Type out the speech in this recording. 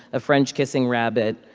a french-kissing rabbit,